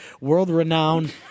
world-renowned